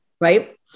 right